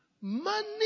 Money